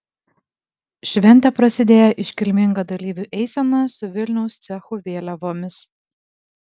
šventė prasidėjo iškilminga dalyvių eisena su vilniaus cechų vėliavomis